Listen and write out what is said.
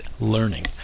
learning